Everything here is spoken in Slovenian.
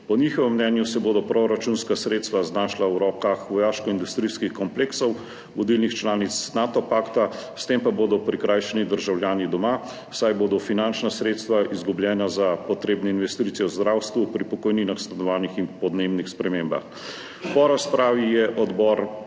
Po njihovem mnenju se bodo proračunska sredstva znašla v rokah vojaškoindustrijskih kompleksov vodilnih članic Nato pakta, s tem pa bodo prikrajšani državljani doma, saj bodo finančna sredstva izgubljena za potrebne investicije v zdravstvu, pri pokojninah, stanovanjih in podnebnih spremembah. Po razpravi je Odbor